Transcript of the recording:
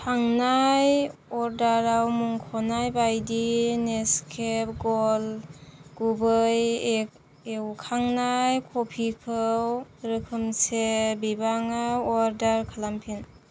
थांनाय अर्डाराव मुंख'नाय बायदि नेस्केफे ग'ल्ड गुबै एवखांनाय कफिखौ रोखोमसे बिबाङाव अर्डार खालामफिन